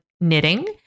knitting